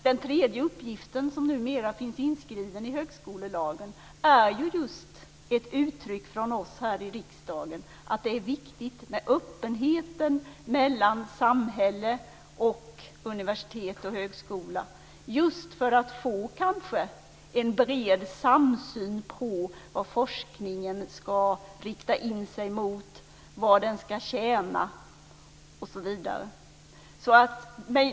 Den tredje uppgiften, som numera finns inskriven i högskolelagen, är just ett uttryck från oss här i riksdagen att det är viktigt med öppenhet mellan samhälle och universitet/högskola, just för att få en bred samsyn i fråga om vad forskningen ska rikta in sig mot, vad den ska tjäna osv.